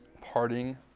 parting